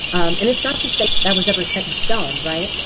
and it's not to say that was ever set in stone right?